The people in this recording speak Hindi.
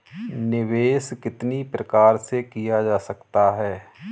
निवेश कितनी प्रकार से किया जा सकता है?